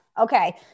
Okay